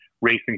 racing